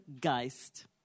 Geist